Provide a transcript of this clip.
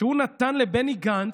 שהוא נתן לבני גנץ,